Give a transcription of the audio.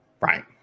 right